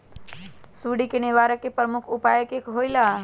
सुडी के निवारण के प्रमुख उपाय कि होइला?